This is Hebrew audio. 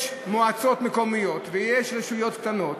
יש מועצות מקומיות ויש רשויות קטנות